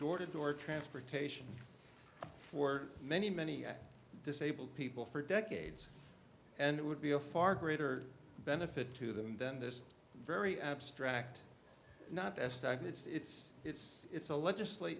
door to door transportation for many many disabled people for decades and it would be a far greater benefit to them than this very abstract not best i can it's it's it's a legislate